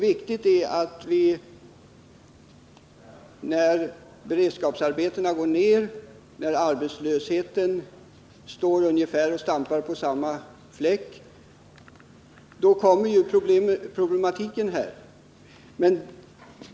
När antalet beredskapsarbeten minskar fastän arbetslösheten stampar ungefär på samma fläck, uppstår problem.